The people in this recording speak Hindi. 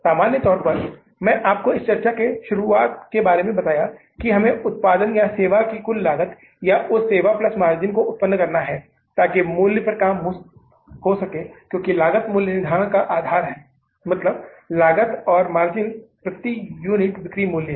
सामान्य तौर पर मैंने आपको इस चर्चा की शुरुआत के बारे में बताया कि हमें उत्पादन या सेवा की कुल लागत या उस सेवा प्लस मार्जिन को उत्पन्न करना है ताकि मूल्य पर काम हो सके क्योंकि लागत मूल्य निर्धारण का आधार है मतलब लागत और मार्जिन प्रति यूनिट बिक्री मूल्य है